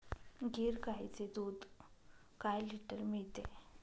गीर गाईचे दूध काय लिटर मिळते?